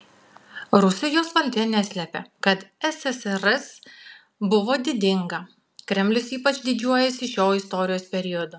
rusijos valdžia neslepia kad ssrs buvo didinga kremlius ypač didžiuojasi šiuo istorijos periodu